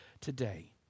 today